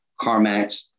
CarMax